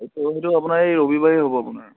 ত' সেইটো আপোনাৰ এই ৰবিবাৰেই হ'ব আপোনাৰ